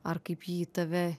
ar kaip ji į tave